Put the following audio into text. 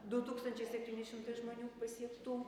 du tūkstančiai septyni šimtai žmonių pasiektų